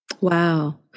Wow